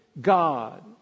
God